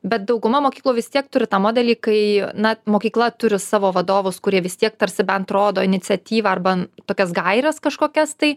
bet dauguma mokyklų vis tiek turi tą modelį kai na mokykla turi savo vadovus kurie vis tiek tarsi bent rodo iniciatyvą arba tokias gaires kažkokias tai